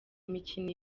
imikino